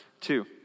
two